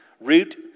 root